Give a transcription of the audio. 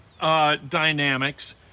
dynamics